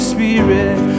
Spirit